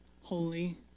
holy